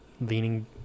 leaning